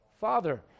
Father